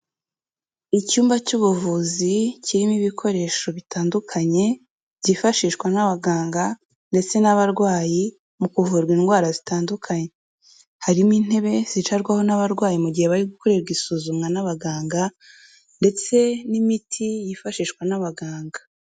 Icyumba cy'ubuvuzi kirimo ibikoresho bitandukanye, byifashishwa n'abaganga ndetse n'abarwayi mu kuvurwa indwara zitandukanye, harimo intebe zicarwaho n'abarwayi mu gihe bari gukorerwa isuzumwa n'abaganga, ndetse n'imiti yifashishwa n'abaganga.